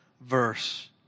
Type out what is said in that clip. verse